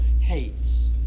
hates